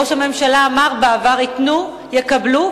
ראש הממשלה אמר בעבר: ייתנו, יקבלו.